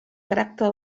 caràcter